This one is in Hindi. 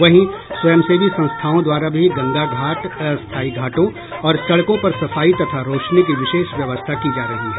वहीं स्वयं सेवी संस्थाओं द्वारा भी गंगा घाट अस्थायी घाटों और सड़कों पर सफाई तथा रौशनी की विशेष व्यवस्था की जा रही है